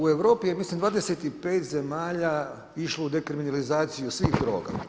U Europi je mislim, 25 zemalja išlo u dekriminalizaciju svih droga.